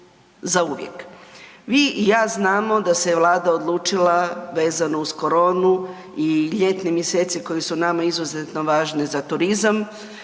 Vi i ja znamo da se Vlada odlučila vezano uz koronu i ljetni mjeseci koji su nama izuzetno važni za turizam